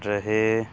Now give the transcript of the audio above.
ਰਹੇ